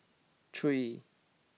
three